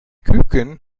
küken